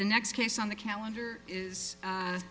the next case on the calendar is